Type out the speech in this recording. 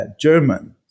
German